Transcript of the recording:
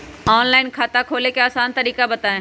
Online खाता खोले के आसान तरीका बताए?